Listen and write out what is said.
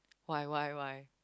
why why why